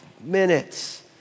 minutes